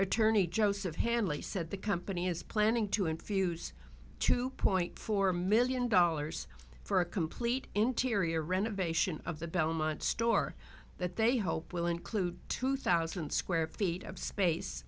attorney joseph hanley said the company is planning to infuse two point four million dollars for a complete interior renovation of the belmont store that they hope will include two thousand square feet of space